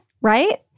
right